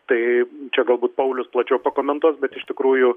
tai čia galbūt paulius plačiau pakomentuos bet iš tikrųjų